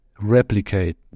replicate